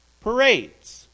parades